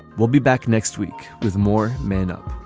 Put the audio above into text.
we'll be back next week with more men up